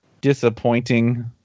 disappointing